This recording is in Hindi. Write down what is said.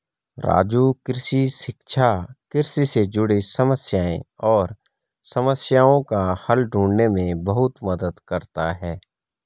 राजू कृषि शिक्षा कृषि से जुड़े समस्याएं और समस्याओं का हल ढूंढने में बहुत मदद करता है